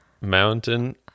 Mountain